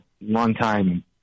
long-time